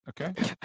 okay